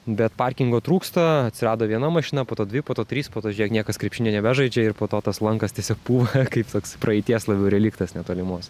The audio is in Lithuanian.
bet parkingo trūksta atsirado viena mašina po to dvi po to trys po to žiūrėk niekas krepšinio nebežaidžia ir po to tas lankas tiesiog pūva kaip toks praeities labiau reliktas netolimos